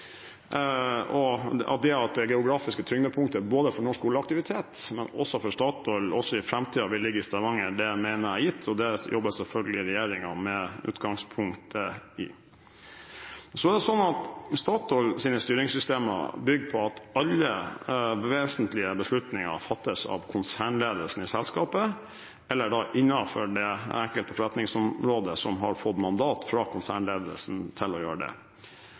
At det geografiske tyngdepunktet både for norsk oljeaktivitet og for Statoil også i framtiden vil ligge i Stavanger, mener jeg er gitt, og det jobber selvfølgelig regjeringen med utgangspunkt i. Statoils styringssystemer bygger på at alle vesentlige beslutninger fattes av konsernledelsen i selskapet eller innenfor det enkelte forretningsområdet som har fått mandat fra konsernledelsen til å gjøre det.